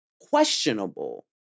questionable